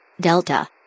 Delta